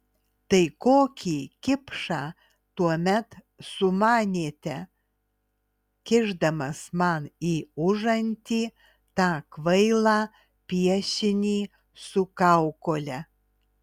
tai kokį kipšą tuomet sumanėte kišdamas man į užantį tą kvailą piešinį su kaukole